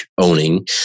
owning